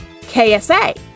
KSA